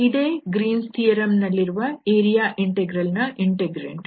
ಇದೇ Green's theorem Green's Theorem ನಲ್ಲಿರುವ area integral ನ ಇಂಟೆಗ್ರಾಂಡ್